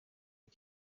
ari